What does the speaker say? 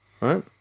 Right